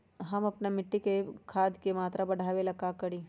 हम अपना मिट्टी में खाद के मात्रा बढ़ा वे ला का करी?